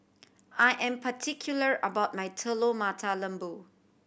I am particular about my Telur Mata Lembu